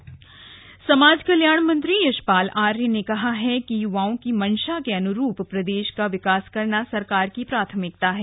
मेरे युवा मेरी शान समाज कल्याण मंत्री यशपाल आर्य ने कहा है कि युवाओं की मंशा के अनुरूप प्रदेश का विकास करना सरकार की प्राथमिकता है